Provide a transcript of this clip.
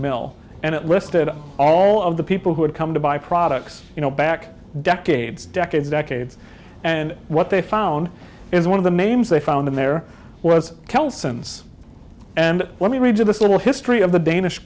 mill and it listed all of the people who had come to buy products you know back decades decades decades and what they found is one of the names they found in there was kill sense and let me read you this little history of the danish